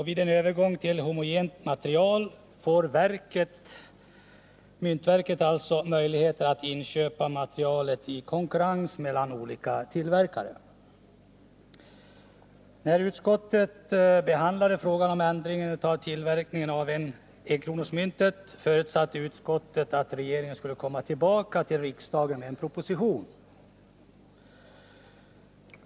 Vid en övergång till homogent material får myntverket möjlighet att köpa materialet i konkurrens mellan olika tillverkare. När utskottet behandlade frågan om ändringen av tillverkningen av enkronemyntet förutsatte utskottet att regeringen skulle komma till riksdagen med en proposition.